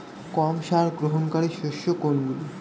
কম সার গ্রহণকারী শস্য কোনগুলি?